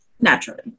naturally